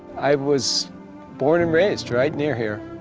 i was born and raised right near here,